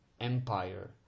Empire